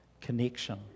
connection